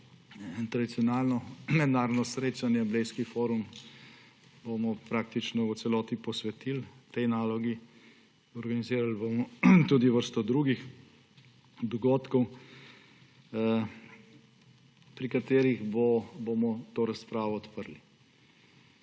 Tradicionalno mednarodno srečanje Blejski strateški forum bomo praktično v celoti posvetili tej nalogi, organizirali bomo tudi vrsto drugih dogodkov, pri katerih bomo to razpravo odprli.